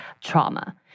trauma